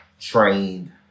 trained